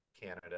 Canada